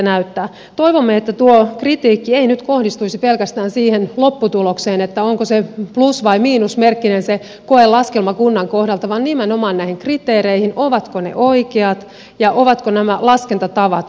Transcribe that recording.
toivomme että tuo kritiikki ei nyt kohdistuisi pelkästään siihen lopputulokseen onko se plus vai miinusmerkkinen se koelaskelma kunnan kohdalta vaan nimenomaan näihin kriteereihin ovatko ne oikeat ja ovatko nämä laskentatavat oikeat